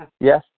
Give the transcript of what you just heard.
Yes